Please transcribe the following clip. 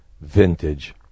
vintage